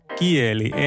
kieli